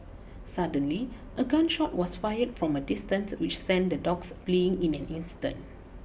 suddenly a gun shot was fired from a distance which sent the dogs fleeing in an instant